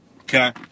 Okay